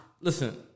Listen